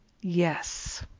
yes